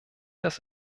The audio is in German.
das